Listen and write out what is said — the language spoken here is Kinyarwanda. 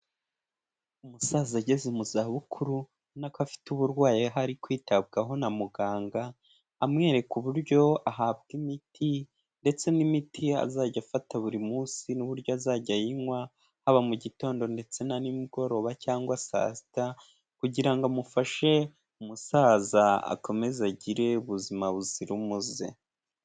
Umusaza ageze mu zabukuru ubona ko afite uburwayi ari kwitabwaho na muganga, amwereka uburyo ahabwa imiti ndetse n'imiti azajya afata buri munsi n'uburyo azajya ayinywa, haba mugitondo ndetse na nimugoroba cyangwa saa sita kugira ngo amufashe umusaza akomeze agire ubuzima buzira umuze.